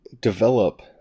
develop